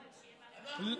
אנחנו מתנצלים.